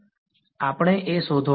વિદ્યાર્થી આપણે A શોધવાનું છે